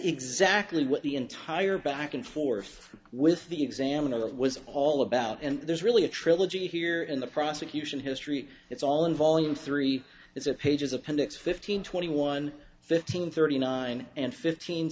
exactly what the entire back and forth with the examiner was all about and there's really a trilogy here in the prosecution history it's all in volume three it's a pages appendix fifteen twenty one fifteen thirty nine and fifteen